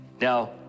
Now